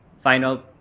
final